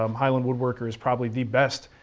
um highland woodworker is probably the best.